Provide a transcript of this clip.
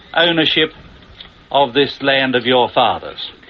ownership of this land of your fathers.